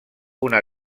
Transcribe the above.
una